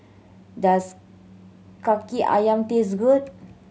does Kaki Ayam taste good